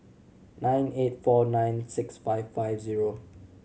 nine eight four nine six five five zero